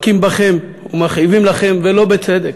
מכים בכם ומכאיבים לכם ולא בצדק.